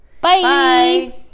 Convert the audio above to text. Bye